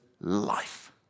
life